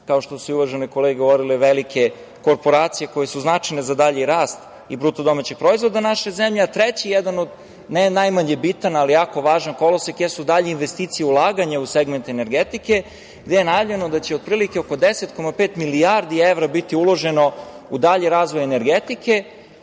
kao što su i uvažene kolege govorile, velike korporacije koje su značajne za dalji rast i BDP naše zemlje. Treći, ne najmanje bitan, ali jako važan kolosek jesu dalje investicije i ulaganja u segment energetike, gde je najavljeno da će otprilike oko 10,5 milijardi evra biti uloženo u dalji razvoj energetike,